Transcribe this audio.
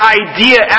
idea